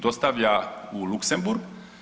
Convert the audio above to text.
Dostavlja u Luxemburg.